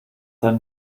einen